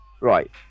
Right